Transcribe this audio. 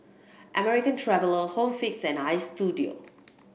American Traveller Home Fix and Istudio